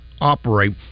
operate